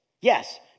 yes